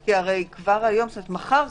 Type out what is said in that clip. כי כבר מחר או